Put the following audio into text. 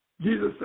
Jesus